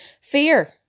fear